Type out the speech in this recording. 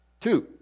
Two